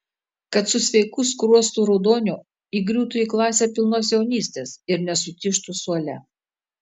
kad su sveiku skruostų raudoniu įgriūtų į klasę pilnos jaunystės ir nesutižtų suole